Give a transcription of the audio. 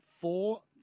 four